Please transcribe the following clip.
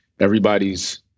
everybody's